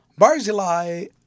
Barzilai